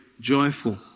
joyful